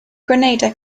granada